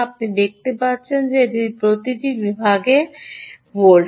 আপনি দেখতে পাচ্ছেন যে এটি বিভাগে প্রতি ভোল্ট